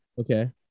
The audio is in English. Okay